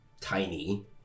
tiny